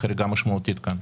משמעותית כאן.